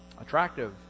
attractive